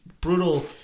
brutal